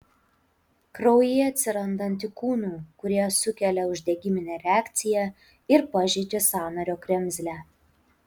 kraujyje atsiranda antikūnų kurie sukelia uždegiminę reakciją ir pažeidžia sąnario kremzlę